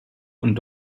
und